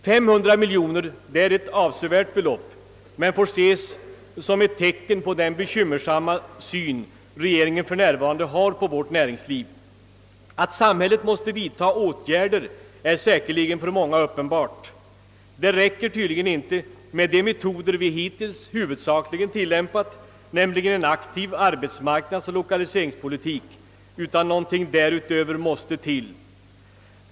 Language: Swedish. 500 miljoner är ett avsevärt belopp men får ses som ett tecken på den be kymrade syn regeringen för närvarande har på vårt näringsliv. Att samhället måste vidtaga åtgärder är säkerligen för många uppenbart. Det räcker tydligen inte med de metoder vi hittills huvudsakligen tillämpat, nämligen en aktiv arbetsmarknadsoch lokaliseringspolitik, utan något därutöver måste till.